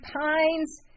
Pines